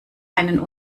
einen